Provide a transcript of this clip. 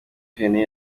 vianney